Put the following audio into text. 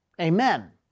Amen